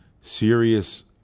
serious